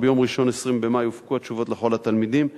וביום ראשון 20 במאי הופקו התשובות לכל התלמידים.